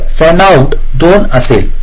तर fan out दोन असेल